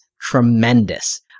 tremendous